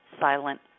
Silent